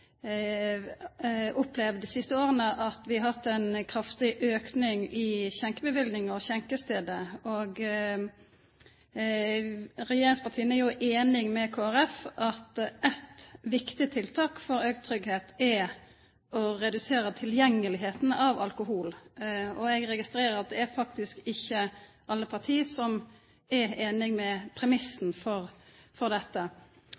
dei siste åra at vi har hatt ein kraftig auke i skjenkebevillingar og skjenkestader. Regjeringspartia er einige med Kristeleg Folkeparti i at eit viktig tiltak for auka tryggleik er å redusera tilgjengelegheita til alkohol. Eg registrerer at det faktisk ikkje er alle parti som er einige i premissane for dette.